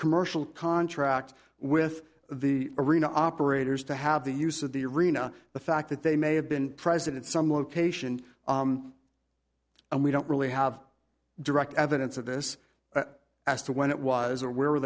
commercial contract with the arena operators to have the use of the arena the fact that they may have been president some location and we don't really have direct evidence of this as to when it was or where